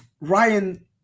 Ryan